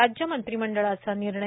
राज्य मंत्रिमंडळाचा निर्णय